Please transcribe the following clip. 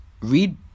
read